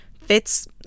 fits